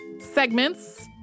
segments